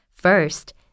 First